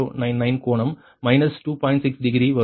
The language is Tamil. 6 டிகிரி வரும்